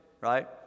right